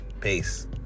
Peace